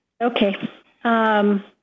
Okay